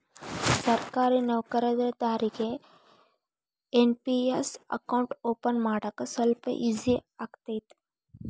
ಸರ್ಕಾರಿ ನೌಕರದಾರಿಗಿ NPS account open ಮಾಡಾಕ ಸ್ವಲ್ಪ ಈಜಿ ಆಗತೈತ